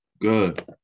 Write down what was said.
Good